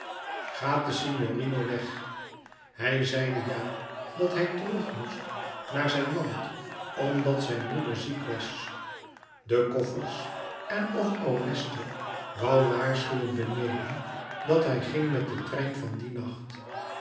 gaat de signorino weg hij zeide ja dat hij terug moest naar zijn land omdat zijn moeder ziek was de koffers en of oreste woû waarschuwen beneden dat hij ging met den trein van dien nacht